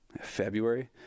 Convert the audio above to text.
February